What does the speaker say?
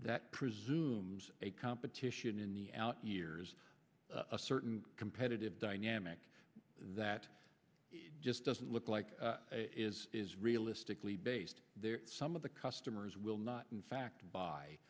that presumes a competition in the out years a certain competitive dynamic that just doesn't look like is realistically based there some of the customers will not in fact